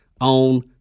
on